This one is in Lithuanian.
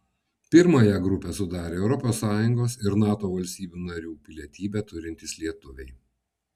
pirmąją grupę sudarę europos sąjungos ir nato valstybių narių pilietybę turintys lietuviai